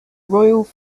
royal